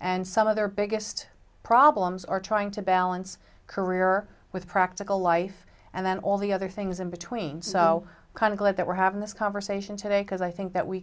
and some of their biggest problems are trying to balance career with practical life and then all the other things in between so kind of glad that we're having this conversation today because i think that we